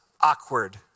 Awkward